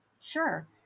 sure